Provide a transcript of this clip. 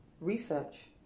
research